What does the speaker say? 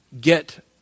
get